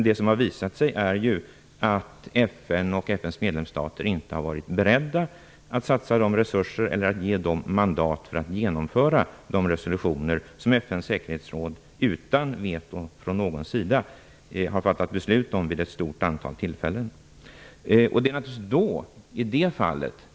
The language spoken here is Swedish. Det har visat sig att FN och FN:s medlemsstater inte har varit beredda att satsa resurser eller ge mandat för att genomföra de resolutioner som FN:s säkerhetsråd utan veto från någon sida har fattat beslut om vid ett stort antal tillfällen.